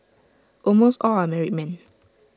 almost all are married men